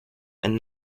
and